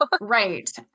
Right